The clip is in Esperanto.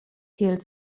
kiel